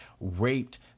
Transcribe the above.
raped